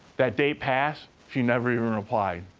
that date passed, she never even replied.